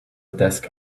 desk